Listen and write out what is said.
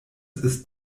ist